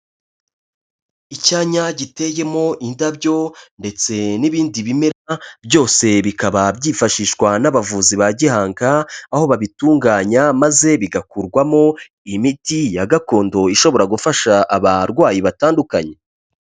Icyanya giteyemo indabyo ndetse n'ibindi bimera, byose bikaba byifashishwa n'abavuzi ba gihanga, aho babitunganya maze bigakurwamo imiti ya gakondo ishobora gufasha abarwayi batandukanye.